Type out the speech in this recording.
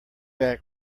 act